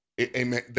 amen